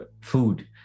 food